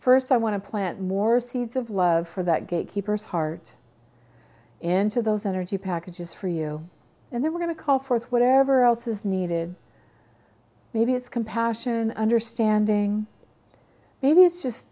first i want to plant more seeds of love for that gatekeepers heart into those energy packages for you and then we're going to call forth whatever else is needed maybe it's compassion understanding maybe it's just